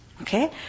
Okay